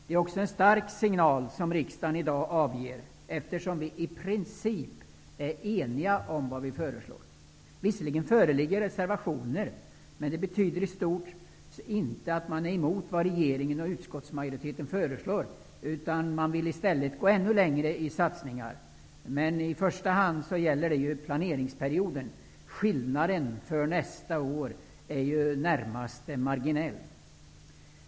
Det är också en stark signal som riksdagen i dag avger, eftersom vi i princip är eniga om det vi föreslår. Visserligen föreligger reservationer, men det betyder i stort sett inte att man är emot vad regeringen och utskottsmajoriteten föreslår utan att man vill gå ännu längre i sina satsningar. I första hand gäller detta under planeringsperioden -- skillnaderna för nästa år är närmast marginella.